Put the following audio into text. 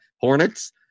Hornets